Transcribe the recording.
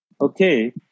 okay